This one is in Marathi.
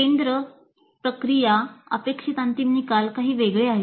केंद्र प्रक्रिया अपेक्षित अंतिम निकाल काही वेगळे आहेत